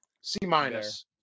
C-minus